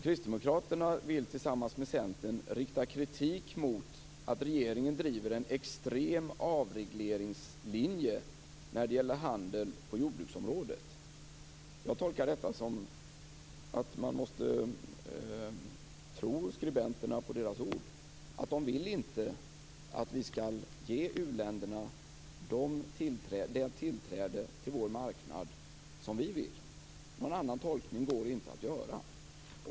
Kristdemokraterna vill tillsammans med Centern rikta kritik mot att regeringen driver en extrem avregleringslinje när det gäller handeln på jordbruksområdet. Jag tolkar detta som att man måste tro skribenterna på deras ord, att de inte vill att vi skall ge uländerna det tillträde till vår marknad som vi vill. Någon annan tolkning går inte att göra.